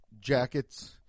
Jackets